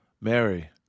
Mary